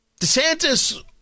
DeSantis